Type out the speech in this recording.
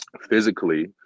Physically